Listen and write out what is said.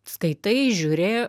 skaitai žiūri